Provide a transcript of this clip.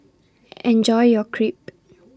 Enjoy your Crepe